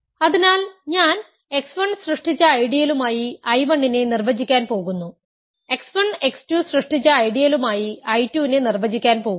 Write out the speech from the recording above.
അതിനാൽ ഞാൻ x 1 സൃഷ്ടിച്ച ഐഡിയലുമായി I 1 നെ നിർവചിക്കാൻ പോകുന്നു x 1 x 2 സൃഷ്ടിച്ച ഐഡിയലുമായി I 2 നെ നിർവചിക്കാൻ പോകുന്നു